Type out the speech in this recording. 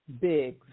big